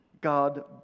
God